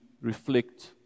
reflect